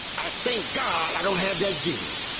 i think god i don't have that gene.